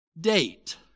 date